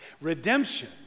Redemption